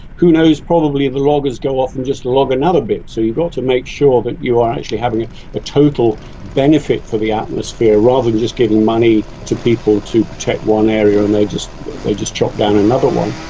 who knows, probably the loggers go off and just log another bit, so you've got to make sure that you're actually having a total benefit for the atmosphere rather than just giving money to people to protect one area and they just they just chop down another one.